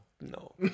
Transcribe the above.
no